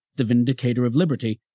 the vindicator of liberty,